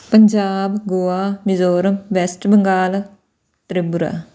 Punjab Goa Mizoram West Bengal Tripura